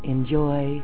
Enjoy